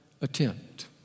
attempt